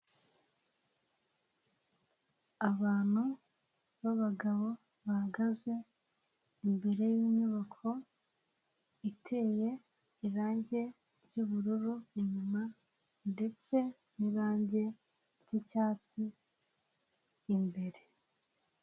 Abantu b'abagabo bahagaze imbere y'inyubako iteye irangi ry'ubururu inyuma; ndetse n'irangi ry'icyatsi imbere.